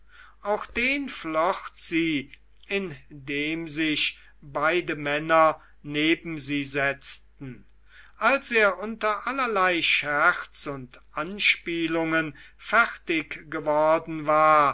auch den flocht sie indem sich beide männer neben sie setzten als er unter allerlei scherz und anspielungen fertig geworden war